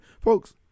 Folks